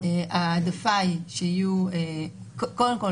ההעדפה היא שקודם כל,